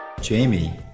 Jamie